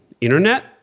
internet